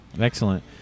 Excellent